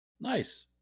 nice